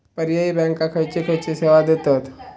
पर्यायी बँका खयचे खयचे सेवा देतत?